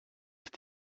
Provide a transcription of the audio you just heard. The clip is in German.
ist